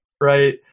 right